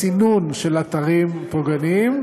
לסינון של אתרים פוגעניים.